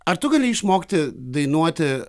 ar tu gali išmokti dainuoti